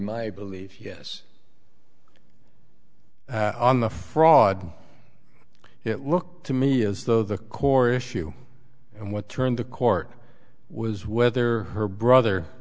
my belief yes on the fraud it looks to me as though the core issue and what turned the court was whether her brother